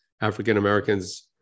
African-Americans